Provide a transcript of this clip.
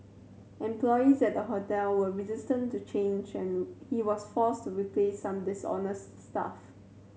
employees at the hotel were resistant to change he was forced to replace some dishonest staff